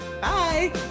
Bye